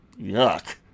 Yuck